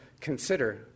consider